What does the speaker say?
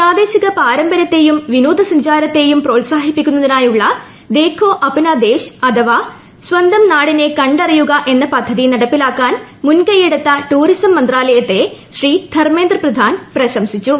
പ്രാദേശിക പാരമ്പരൃത്തെയും വിനോദസഞ്ചാരത്തെയും പ്രോത്സാഹിപ്പിക്കുന്നതിനായുള്ള ദേഖോ അപ്നാ ദേശ് അഥവാ സ്വന്തം നാടിനെ കണ്ടറിയുക എന്ന പദ്ധതി നടപ്പിലാക്കാൻ മുൻകൈയെടുത്ത ടൂറിസം മന്ത്രാലയത്തിനെ ശ്രീ ധർമേന്ദ്ര പ്രധാൻ പ്രശംസിച്ചു